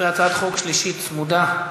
הצעת חוק שלישית צמודה,